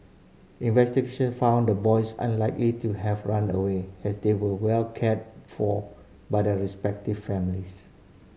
investigation found the boys unlikely to have run away as they were well cared for by their respective families